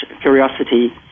curiosity